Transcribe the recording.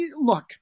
look